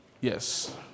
Yes